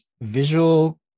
visual